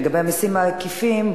לגבי המסים העקיפים,